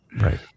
right